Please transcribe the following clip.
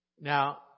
Now